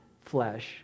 flesh